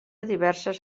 diverses